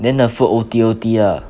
then the food O_T_O_T ah